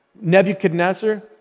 Nebuchadnezzar